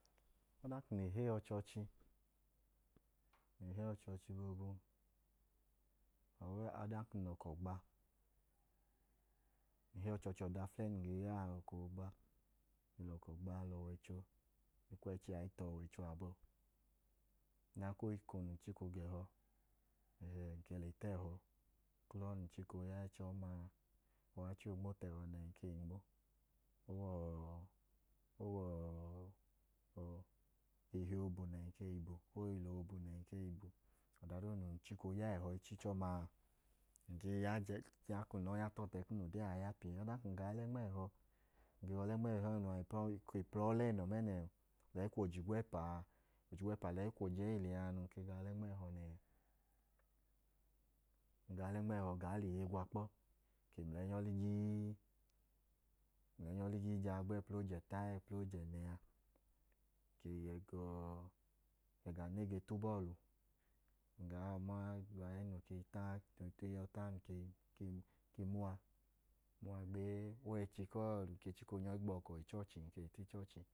Ọdanka ng le heyi ọchọọchi, ng le heyi ọchọọchi boobu, ọdanka ng lẹ ọkọ gba, ng le heyi ọchọọchi, ọda aflẹyi num ge ya a, ọkọ oogba, ng lẹ ọkọ gba lẹ ọwọicho. Ng kwu ẹchi a i tu ọwọicho abọ. Ọdanka o wẹ eko num chika ooga ẹhọ, ng le yẹ ta ẹhọ. Uklọ num chika ooya ẹchi ọma a, o wẹ achi oonmo tu ẹhọ nẹ ng ke i nmo. O wẹ ọọ ihi oobu nẹ ng ke i bu. O wẹ oyila oobu nẹ ng ke i bu. Ọda doodu num gee ya ichiichẹ ọma a, ng gee ya tọọtẹ kum lẹ ode a ya pii. Ọdanka um ga ọlẹ nma ẹhọ. Ng ge wa ọlẹ nma ẹhọ ọma, ọlẹnọ mẹẹnẹ, lẹyi kwu oje igwẹpa a. Oje igwẹpa lẹyi kwu oje ee liya, num ke ga ọlẹ nma ẹhọ, ng ga ọlẹ nma ẹhọ, ng ken yọ i lẹ iye gwa kpọ. Ng mlẹnyọ ligii, ng mlẹnyọ ligii, jaa gba ẹpla oje ẹta ga oje ẹnẹ a, ng le yẹ ga ọọ, ẹga nẹ e ge tau bọọlu. Ng gaa ma aẹẹ noo yọi ta, e yọi ta ng ke yọi ma uwa. O wẹ ẹchi kọọ, num chika oogbọkọ ichọọchi, ng ke i ta ichọọchi.